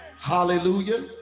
hallelujah